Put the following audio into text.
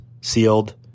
sealed